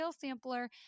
sampler